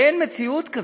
אין מציאות כזאת,